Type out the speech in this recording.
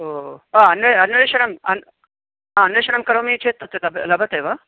ओ अन् अन्वेषणम् अन् अन्वेषणं करोमि चेत् तत् लभते वा